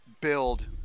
build